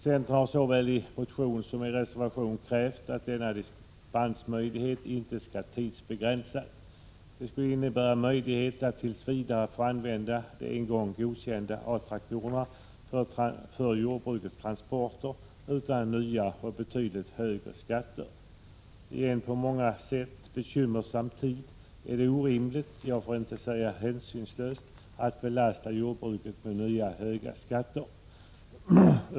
Centern har såväl i motion som i reservation krävt att denna dispensmöjlighet inte skall tidsbegränsas. Detta skulle innebära möjlighet att tills vidare få använda de en gång godkända A-traktorerna för jordbrukets transporter utan nya och betydligt högre skatter. I en på många sätt bekymmersam tid är 43 det orimligt, ja för att inte säga hänsynslöst, att belasta jordbruket med nya höga skatter.